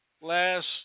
last